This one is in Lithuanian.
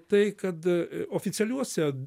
tai kad oficialiuose